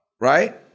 right